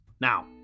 Now